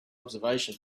observation